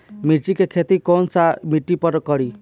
मिर्ची के खेती कौन सा मिट्टी पर करी?